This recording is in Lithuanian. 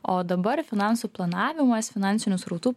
o dabar finansų planavimas finansinių srautų